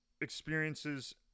experiences